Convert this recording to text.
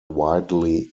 widely